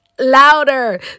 Louder